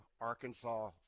Arkansas